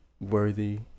Worthy